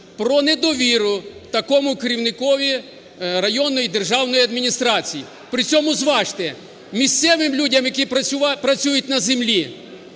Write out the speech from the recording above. про недовіру такому керівникові районної державної адміністрації. При цьому, зважте, місцевим людям, які працюють на землі,